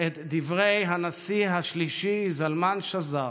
את דברי הנשיא השלישי זלמן שזר,